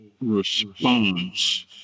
Response